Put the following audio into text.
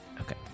Okay